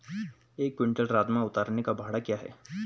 एक क्विंटल राजमा उतारने का भाड़ा क्या होगा?